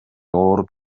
ооруп